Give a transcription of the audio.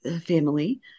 family